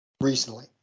recently